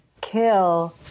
kill